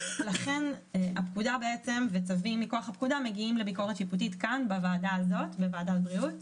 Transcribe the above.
לכן הפקודה וצווים מכוח הפקודה מגיעים לביקורת שיפוטית בוועדת בריאות.